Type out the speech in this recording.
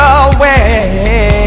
away